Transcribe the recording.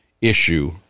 issue